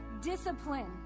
discipline